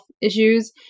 issues